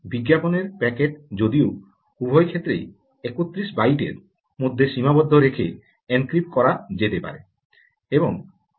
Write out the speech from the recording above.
বিজ্ঞাপনের প্যাকেট যদিও উভয় ক্ষেত্রেই 31 বাইটে র মধ্যে সীমাবদ্ধ রেখে এনক্রিপ্ট করা যেতে পারে